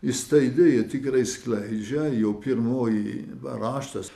jis tą idėją tikrai skleidžia jo pirmoji raštas